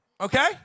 okay